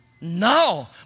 no